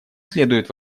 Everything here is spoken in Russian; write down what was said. следует